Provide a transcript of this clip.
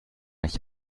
ich